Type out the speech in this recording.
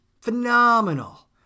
phenomenal